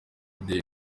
day